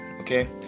okay